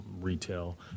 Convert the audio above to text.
retail